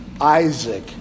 Isaac